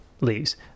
leaves